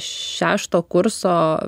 šešto kurso